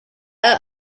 are